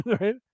Right